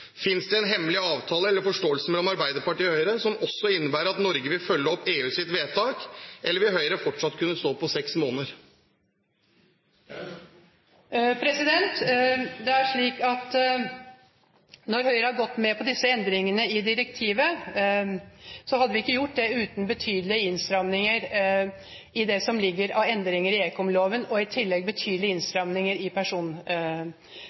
finnes det da en hemmelig avtale eller forståelse mellom Arbeiderpartiet og Høyre som innebærer at også Norge vil følge opp EUs vedtak? Eller vil Høyre fortsatt kunne stå på seks måneder? Høyre hadde ikke gått med på disse endringene i direktivet uten betydelige innstramminger i det som ligger av endringer i ekomloven, og i tillegg betydelige